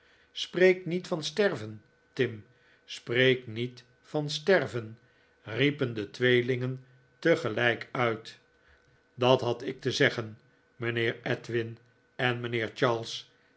spreek niet van sterven tim spreek niet van sterven riepen de tweelingen tegelijk uit dat had ik te zeggen mijnheer edwin en mijnheer charles